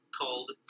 called